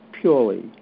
purely